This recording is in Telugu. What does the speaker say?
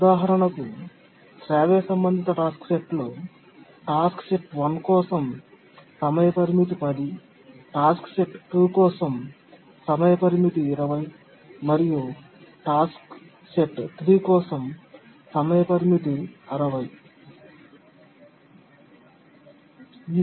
ఉదాహరణకు శ్రావ్య సంబంధిత టాస్క్ సెట్లో టాస్క్ 1 కోసం సమయ పరిమితి 10 టాస్క్ 2 కోసం సమయ పరిమితి 20 మరియు టాస్క్ 3 కోసం సమయ పరిమితి 60